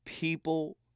People